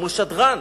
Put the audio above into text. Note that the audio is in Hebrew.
כמו שדרן,